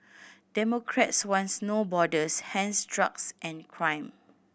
democrats wants No Borders hence drugs and crime